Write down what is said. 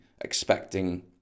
expecting